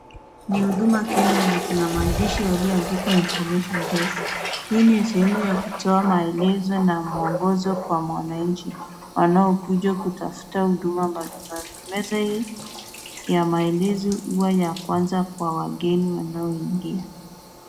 Ni huduma Kenya na kuna maandishi yaliyoandikwa information desk . Hii ni sehemu ya kutoa maelezo na mwongozo kwa mwananchi wanaokuja kutafuta huduma mbalimbali. Meza hii ya maelezo huwa ya kwanza kwa wageni wanaoingia.